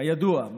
כידוע,